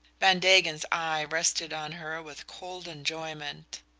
van degen's eye rested on her with cold enjoyment.